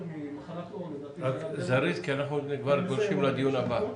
ממחלת עור לדעתי --- רק זריז כי אנחנו כבר גולשים לדיון הבא.